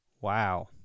Wow